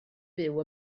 byw